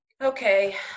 Okay